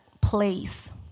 place